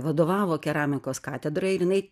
vadovavo keramikos katedrai ir jinai